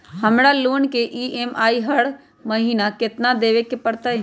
हमरा लोन के ई.एम.आई हर महिना केतना देबे के परतई?